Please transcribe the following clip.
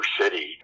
city